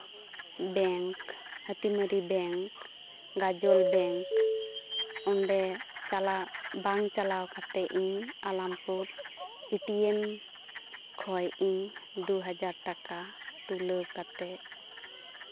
bank ᱦᱟᱹᱛᱤᱢᱟᱹᱨᱤ bank ᱜᱟᱡᱚᱞ bank ᱚᱸᱰᱮ ᱪᱟᱞᱟᱜ ᱵᱟᱝ ᱪᱟᱞᱟᱣ ᱠᱟᱛᱮ ᱤᱧ ᱟᱞᱟᱢᱯᱩᱨ ᱮᱴᱤᱮᱢ ᱠᱷᱚᱡ ᱤᱧ ᱫᱩ ᱦᱟᱡᱟᱨ ᱴᱟᱠᱟ ᱛᱩᱞᱟᱹᱣ ᱠᱟᱛᱮ